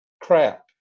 Crap